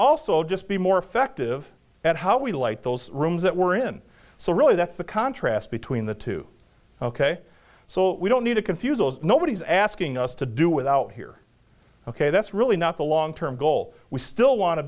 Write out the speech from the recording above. also just be more effective at how we light those rooms that we're in so really that the contrast between the two ok so we don't need to confuse those nobody's asking us to do with out here ok that's really not the long term goal we still want to